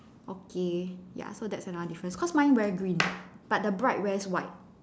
okay ya so that's another difference cause mine wear green but the bride wears white